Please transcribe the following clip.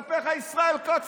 יספר לך ישראל כץ,